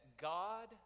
God